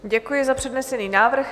Děkuji za přednesený návrh.